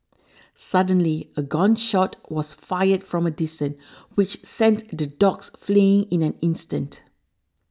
suddenly a gun shot was fired from a distance which sent the dogs fleeing in an instant